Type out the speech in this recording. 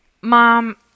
mom